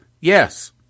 yes